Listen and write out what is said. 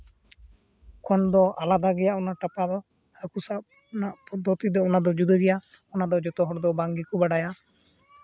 ᱠᱷᱚᱱ ᱫᱚ ᱟᱞᱟᱫᱟ ᱜᱮᱭᱟ ᱚᱱᱟ ᱴᱟᱯᱟ ᱫᱚ ᱦᱟᱹᱠᱩ ᱥᱟᱵ ᱨᱮᱱᱟᱜ ᱯᱚᱫᱽᱫᱷᱚᱛᱤ ᱫᱚ ᱚᱱᱟ ᱫᱚ ᱡᱩᱫᱟᱹ ᱜᱮᱭᱟ ᱚᱱᱟ ᱫᱚ ᱡᱚᱛᱚ ᱦᱚᱲ ᱫᱚ ᱵᱟᱝ ᱜᱮᱠᱚ ᱵᱟᱰᱟᱭᱟ